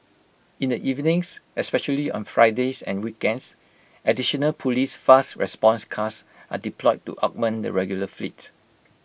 in the evenings especially on Fridays and weekends additional Police fast response cars are deployed to augment the regular fleet